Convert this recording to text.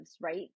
right